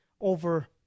over